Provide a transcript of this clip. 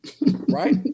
right